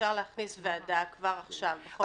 אפשר להכניס ועדה כבר עכשיו.